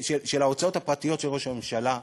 של ההוצאות הפרטיות של ראש הממשלה,